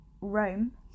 Rome